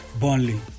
Burnley